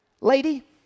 Lady